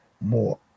more